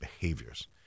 behaviors